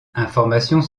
informations